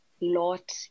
lot